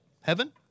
Heaven